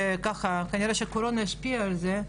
כנראה שהקורונה השפיעה על זה,